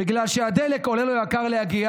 בגלל שהדלק להגיע